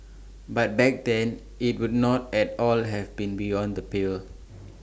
but back then IT would not at all have been beyond the pale